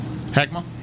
Heckma